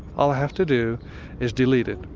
all i have to do is delete it.